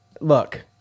Look